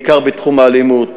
בעיקר בתחום האלימות.